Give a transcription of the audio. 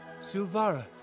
Silvara